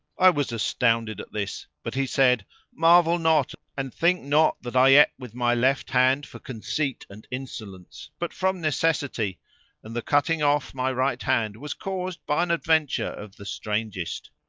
i was astounded at this but he said, marvel not, and think not that i ate with my left hand for conceit and insolence, but from necessity and the cutting off my right hand was caused by an adventure of the strangest.